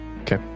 Okay